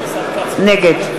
נגד